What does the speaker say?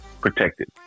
protected